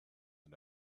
and